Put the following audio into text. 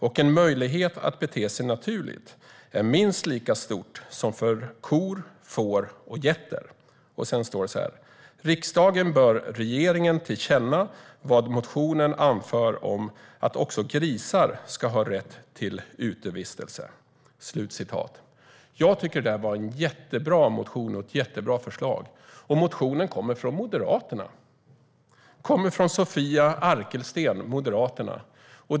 och en möjlighet att bete sig naturligt är minst lika stort som för kor, får och getter". Sedan står det: "Riksdagen bör ge regeringen tillkänna vad motionen anför om att också grisar ska ha rätt till utevistelse." Jag tycker att det är en jättebra motion och ett jättebra förslag. Motionen kommer från Moderaterna och Sofia Arkelsten.